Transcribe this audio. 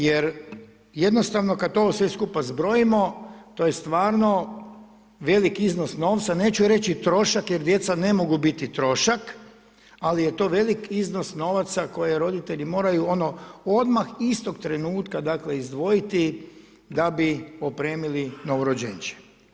Jer jednostavno kada to sve skupa zbrojimo to je stvarno velik iznos novca, neću reći trošak jer djeca ne mogu biti trošak ali je to veliki iznos novaca koji roditelji moraju odmah istog trenutka dakle izdvojiti da bi opremili novorođenče.